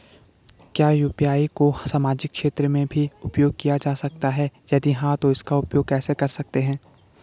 क्या यु.पी.आई को सामाजिक क्षेत्र में भी उपयोग किया जा सकता है यदि हाँ तो इसका उपयोग कैसे कर सकते हैं?